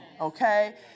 okay